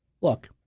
look